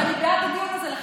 להפך, אני בעד הדיון הזה.